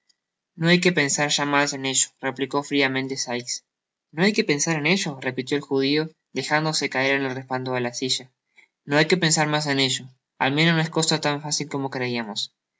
no hay que pensar ya mas en ello replicó friamente sikes no hay que pensar en ello repitió el judio dejándose caer en el respaldo de la silla no hay que pensar mas en ello al menos no es cosa tan fácil como creiamos